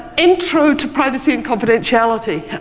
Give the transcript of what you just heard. intro to privacy and confidentiality.